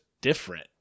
different